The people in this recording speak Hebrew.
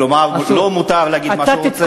כלומר לו מותר להגיד מה שהוא רוצה,